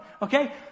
Okay